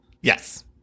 Yes